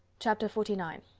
chapter forty nine